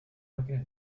máquinas